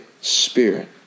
Spirit